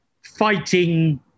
fighting